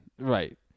Right